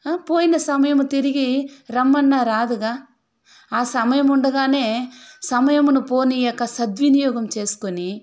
పోయిన సమయం తిరిగి రమ్మన్నా రాదుగా ఆ సమయం ఉండగానే సమయమును పోనివ్వక సద్వినియోగం చేసుకుని